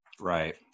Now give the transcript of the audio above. Right